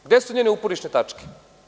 Gde su njene uporišne tačke?